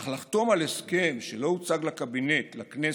אך לחתום על הסכם שלא הוצג לקבינט, לכנסת,